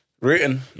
Written